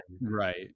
Right